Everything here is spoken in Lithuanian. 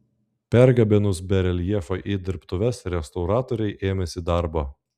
pergabenus bareljefą į dirbtuves restauratoriai ėmėsi darbo